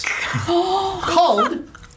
called